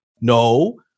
No